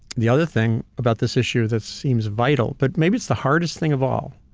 the other thing about this issue that seems vital, but maybe it's the hardest thing of all,